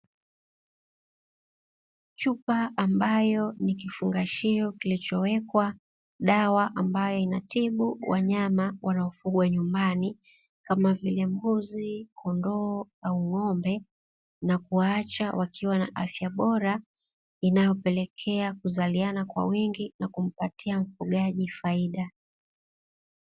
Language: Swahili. Chupa ambayo ni kifungashio, kilichowekwa dawa ambayo inatibu wanyama wanaofugwa nyumbani kama vile mbuzi, kondoo au ng'ombe na kuwaacha wakiwa na afya bora inayopelekea kuzaliana kwa wingi na kumpati amfugaji faida.